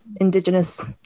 Indigenous